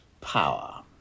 power